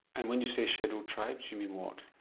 and when you say scheduled tribes you mean what?